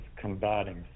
combating